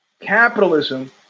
capitalism